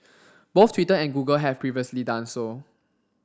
both Twitter and Google have previously done so